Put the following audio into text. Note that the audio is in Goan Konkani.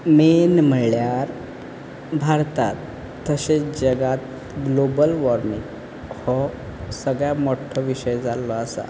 मेन म्हणल्यार भारतांत तशेंच जगांत ग्लोबल वोर्मींग हो सगल्यांत मोठो विशय जाल्लो आसा